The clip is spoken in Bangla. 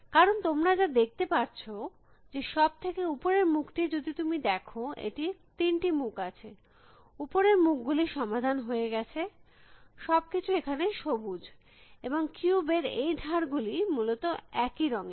কারণ তোমরা যা দেখতে পারছ যে সব থেকে উপরের মুখটি যদি তুমি দেখো এটির তিনটি মুখ আছে উপরের মুখ গুলি সমাধান হয়ে গেছে সব কিছু এখানে সবুজ এবং কিউব এর এই ধার গুলি মূলত একই রঙের